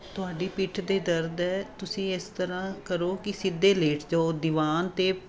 ਤੁਹਾਡੀ ਪਿੱਠ ਦਾ ਦਰਦ ਹੈ ਤੁਸੀਂ ਇਸ ਤਰ੍ਹਾਂ ਕਰੋ ਕਿ ਸਿੱਧੇ ਲੇਟ ਜਾਓ ਦੀਵਾਨ 'ਤੇ